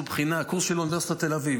קורס של אוניברסיטת תל אביב.